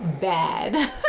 bad